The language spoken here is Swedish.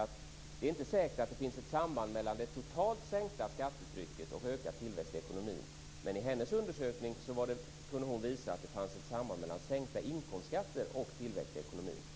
att det inte är säkert att det finns ett samband mellan det totalt sänkta skattetrycket och ökad tillväxt i ekonomin. Hon har studerat rätt många länder under en lång period. Jag tror att det var 23 OECD-länder. Men i hennes undersökning kunde hon visa att det fanns ett samband mellan sänkta inkomstskatter och tillväxt i ekonomin.